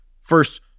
first